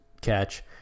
catch